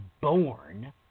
born